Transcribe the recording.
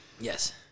Yes